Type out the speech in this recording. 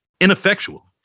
ineffectual